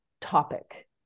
topic